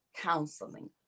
counseling